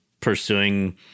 pursuing